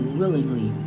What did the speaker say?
willingly